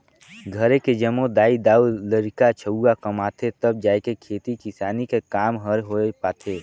घरे जम्मो दाई दाऊ,, लरिका छउवा कमाथें तब जाएके खेती किसानी कर काम हर होए पाथे